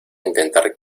intentar